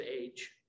age